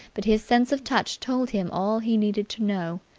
but his sense of touch told him all he needed to know.